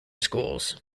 schools